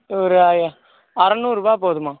ஒரு ஐ அறநூறுரூபா போதும்மா